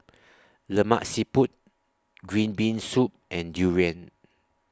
Lemak Siput Green Bean Soup and Durian